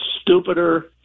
stupider